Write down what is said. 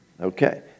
Okay